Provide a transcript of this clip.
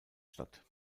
statt